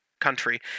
country